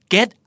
Get